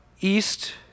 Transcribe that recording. east